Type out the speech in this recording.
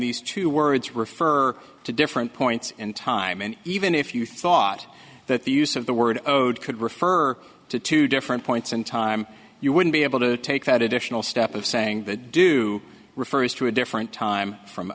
these two words refer to different points in time and even if you thought that the use of the word code could refer to two different points in time you wouldn't be able to take that additional step of saying the do refers to a different time from